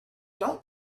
don’t